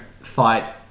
fight